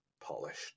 polished